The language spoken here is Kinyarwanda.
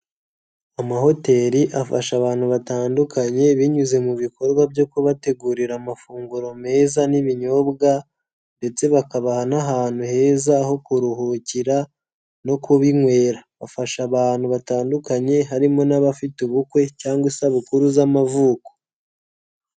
Amahoteli afasha abantu batandukanye binyuze mu bikorwa byo kubategurira amafunguro meza n'ibinyobwa ndetse bakabaha n'ahantu heza ho kuruhukira no kubinywera, bafasha abantu batandukanye harimo n'abafite ubukwe cyangwa isabukuru z'amavuko.